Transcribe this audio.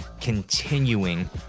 continuing